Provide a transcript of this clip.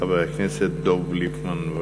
חבר הכנסת דב ליפמן.